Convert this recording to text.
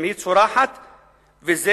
אם היא צורחת וזה,